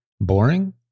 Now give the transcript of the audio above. boring